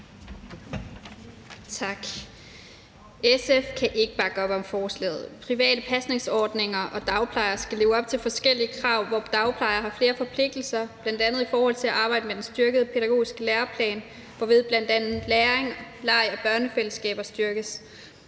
SF kan ikke bakke op om forslaget. Private pasningsordninger og dagplejere skal leve op til forskellige krav, hvor dagplejere har flere forpligtelser, bl.a. i forhold til at arbejde med den styrkede pædagogiske læreplan, hvorved bl.a. læring, leg og børnefællesskaber styrkes.